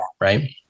right